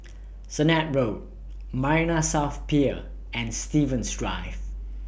Sennett Road Marina South Pier and Stevens Drive